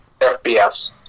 FPS